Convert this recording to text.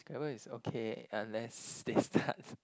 Scrabble is okay unless they start